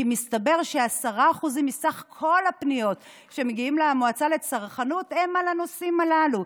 כי מסתבר ש-10% מסך הפניות שמגיעות למועצה לצרכנות הן על הנושאים הללו.